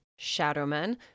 Shadowman